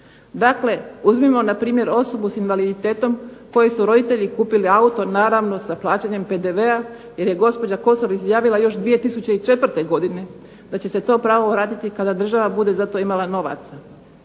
Dakle, uzmimo na primjer osobu sa invaliditetom kojoj su roditelji kupili auto naravno sa plaćanjem PDV-a, jer je gospođa Kosor izjavila još 2004. godine da će se to pravo vratiti kada država bude za to imala novaca.